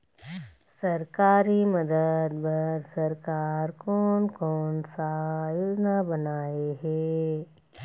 सरकारी मदद बर सरकार कोन कौन सा योजना बनाए हे?